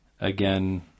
Again